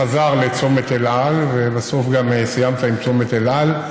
חזרת לצומת אל על ובסוף גם סיימת עם צומת אל על,